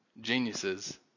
geniuses